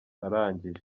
arangije